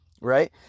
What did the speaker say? right